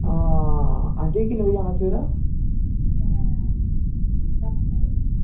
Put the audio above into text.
आं आंटी किन्ने बजे आना सबेरे